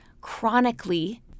chronically